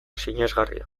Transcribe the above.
sinesgarria